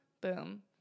boom